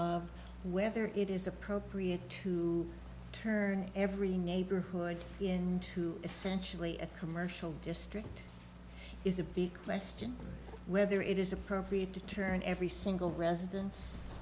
of whether it is appropriate to turn every neighborhood in to essentially a commercial district is a big question whether it is appropriate to turn every single residen